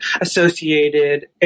associated